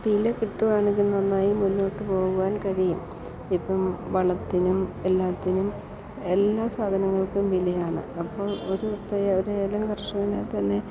വില കിട്ടുകയാണെങ്കിൽ നന്നായി മുന്നോട്ടു പോകുവാൻ കഴിയും ഇപ്പം വളത്തിനും എല്ലാറ്റിനും എല്ലാ സാധനങ്ങൾക്കും വിലയാണ് അപ്പോൾ ഒരു ഇപ്പോൾ ഒരു ഏലം കർഷകനെ തന്നെ